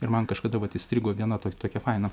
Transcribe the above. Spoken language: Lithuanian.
ir man kažkada vat įstrigo viena tokia faina